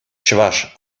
чӑваш